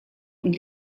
und